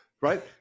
Right